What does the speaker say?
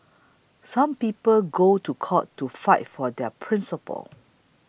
some people go to court to fight for their principles